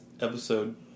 episode